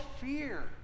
fear